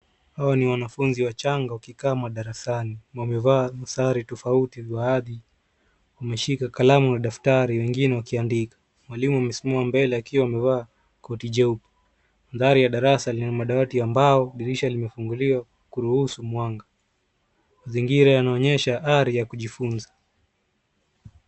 Hawa ni wanafunzi wachanga wakikaa darasani wamevaa sare tofauti baadhi wameshika kalamu na daftari wengine wakiandika mwalimu amesimama mbele akiwa amevaa koti jeupe. Mandhari ya darasa lina madawati ambao dirisha limefunguliwa kuruhusu mwanga. Mazingira yanaonyesha ari ya kujifunza.